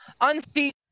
unseat